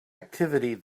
activity